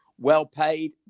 well-paid